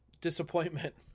disappointment